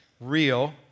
real